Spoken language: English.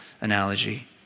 analogy